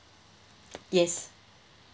yes